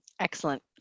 Excellent